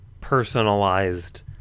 personalized